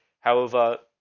however,